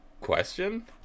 question